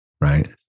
Right